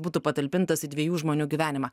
būtų patalpintas į dviejų žmonių gyvenimą